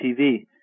TV